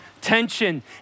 tension